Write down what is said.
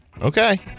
Okay